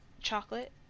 chocolate